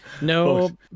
No